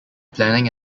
planning